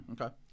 Okay